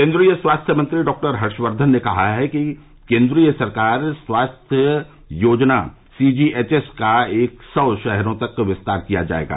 केन्द्रीय स्वास्थ्य मंत्री डॉ हर्षवर्धन ने कहा है कि केन्द्रीय सरकार स्वास्थ्य योजना सीजीएचएस का एक सौ शहरों तक विस्तार किया जाएगा